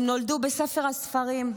הם נולדו בספר הספרים,